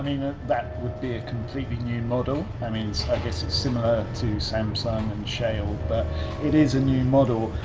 that would be a completely new model, i mean, so i guess it's similar to samsung and cheil, but it is a new model.